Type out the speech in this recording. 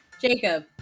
Jacob